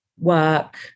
work